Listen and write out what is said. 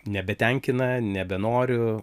nebetenkina nebenoriu